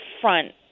front